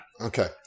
Okay